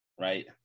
right